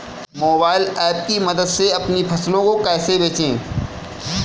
Mobile app की मदद से अपनी फसलों को कैसे बेचें?